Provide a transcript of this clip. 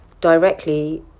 directly